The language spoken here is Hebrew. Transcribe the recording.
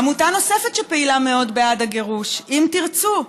עמותה נוספת שפעילה מאוד בעד הגירוש, אם תרצו,